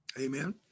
Amen